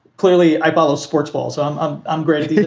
clearly. i follow sports balls. um i'm um getting it.